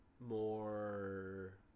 more